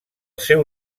seu